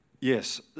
Yes